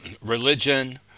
religion